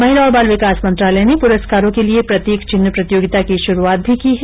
महिला और बाल विकास मंत्रालय ने पुरस्कारों के लिये प्रतीक चिह्न प्रतियोगिता की शुरुआत भी की है